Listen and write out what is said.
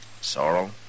Sorrow